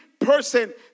person